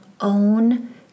own